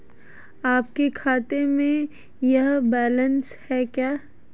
आपके खाते में यह बैलेंस है क्या?